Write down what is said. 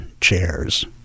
chairs